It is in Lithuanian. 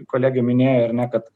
kolegė minėjo ar ne kad